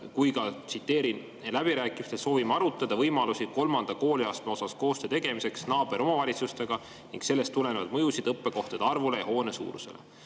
kui ka see, tsiteerin: " Läbirääkimistel soovime arutada võimalusi kolmanda kooliastme osas koostöö tegemiseks naaberomavalitsustega ning sellest tulenevaid mõjusid õppekohtade arvule ja hoone suurusele."